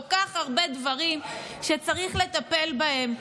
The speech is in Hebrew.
כל כך הרבה דברים שצריך לטפל בהם.